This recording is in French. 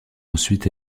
ensuite